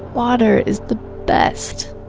water is the best!